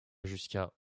jusqu’à